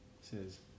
says